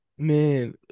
Man